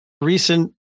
recent